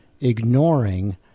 ignoring